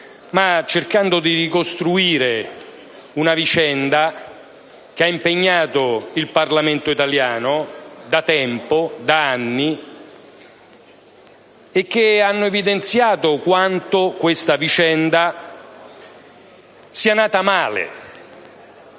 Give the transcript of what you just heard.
ma cercando di ricostruire una vicenda che impegna il Parlamento italiano da tempo, da anni e che hanno evidenziato quanto questa vicenda sia nata male.